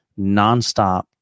nonstop